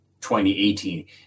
2018